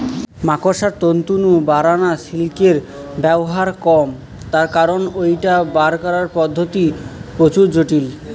মাকড়সার তন্তু নু বারানা সিল্কের ব্যবহার কম তার কারণ ঐটার বার করানার পদ্ধতি প্রচুর জটিল